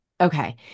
Okay